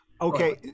Okay